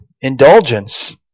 indulgence